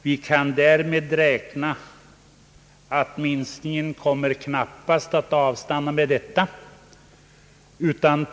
Vi kan räkna med att minskningen knappast kommer att avstanna.